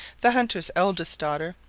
the hunter's eldest daughter,